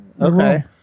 Okay